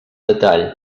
detall